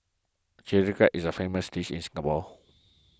Chilli Crab is a famous dish in Singapore